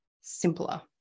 simpler